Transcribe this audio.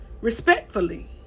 Respectfully